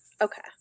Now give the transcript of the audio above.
Okay